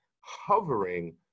hovering